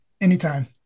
Anytime